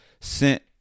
sent